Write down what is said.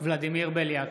ולדימיר בליאק,